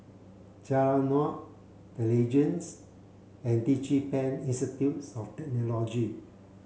Jalan Naung The Legends and DigiPen Institute of Technology